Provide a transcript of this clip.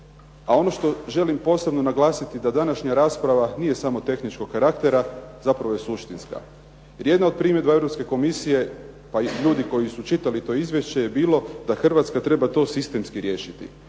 A ono što želim posebno naglasiti da današnja rasprava nije samo tehničkog karaktera, zapravo je suštinska. Jedna od primjedba Europske Komisije, pa i ljudi koji su čitali to izvješće je bilo da Hrvatska treba to sistemski riješiti.